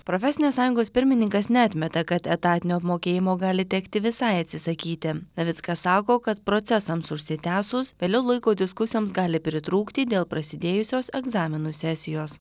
profesinės sąjungos pirmininkas neatmeta kad etatinio apmokėjimo gali tekti visai atsisakyti navickas sako kad procesams užsitęsus vėliau laiko diskusijoms gali pritrūkti dėl prasidėjusios egzaminų sesijos